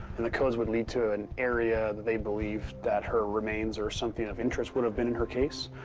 and the codes would lead to an area that they believe that her remains or something of interest would've been in her case.